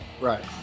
right